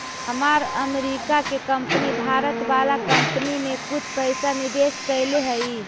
हमार अमरीका के कंपनी भारत वाला कंपनी में कुछ पइसा निवेश कैले हइ